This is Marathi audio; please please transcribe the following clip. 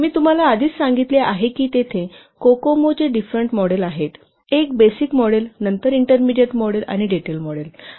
मी तुम्हाला आधीच सांगितले आहे की तेथे कोकोमो चे डिफरेंट मॉडेल आहेत एक बेसिक मॉडेल नंतर इंटरमीडिएट मॉडेल आणि डिटेल मॉडेल